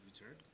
return